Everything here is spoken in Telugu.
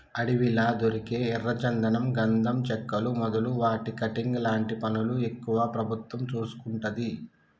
అడవిలా దొరికే ఎర్ర చందనం గంధం చెక్కలు మొదలు వాటి కటింగ్ లాంటి పనులు ఎక్కువ ప్రభుత్వం చూసుకుంటది